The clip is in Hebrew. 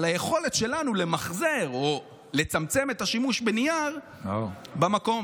על היכולת שלנו למחזר או לצמצם את השימוש בנייר במקום.